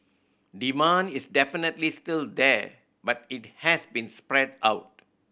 demand is definitely still there but it has been spread out